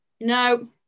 no